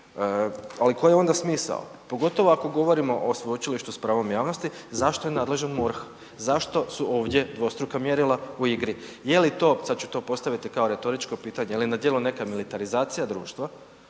ali koji je onda smisao? Pogotovo ako govorimo o sveučilištu s pravom javnosti, zašto je nadležan MORH? Zašto su ovdje dvostruka mjera u igri? Je li to sad ću to postaviti kao retoričko pitanje, je li na djelu neka militarizacija društva